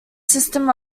system